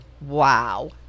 Wow